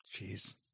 jeez